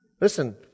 Listen